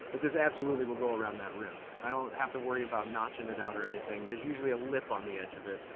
that this absolutely will go around that rim. i don't have to worry about notchin' it out or anything. there's usually a lip on the edge of it.